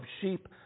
sheep